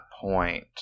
point